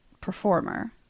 performer